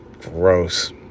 gross